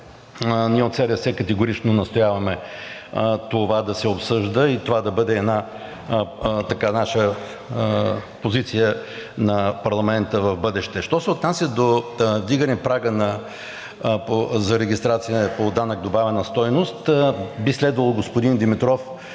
Ние от СДС категорично настояваме това да се обсъжда и това да бъде една наша позиция на парламента в бъдеще. Що се отнася до вдигане прага за регистрация по данък добавена стойност, би следвало, господин Димитров,